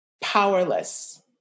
powerless